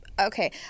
okay